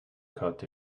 cut